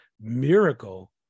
miracle